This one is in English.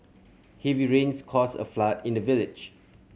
heavy rains caused a flood in the village